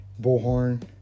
bullhorn